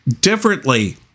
differently